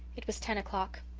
it was ten o'clock.